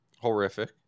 horrific